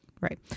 Right